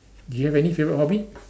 do you have any favorite hobby